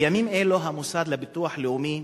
בימים אלו המוסד לביטוח לאומי